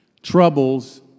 Troubles